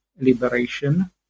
liberation